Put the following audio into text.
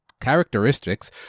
characteristics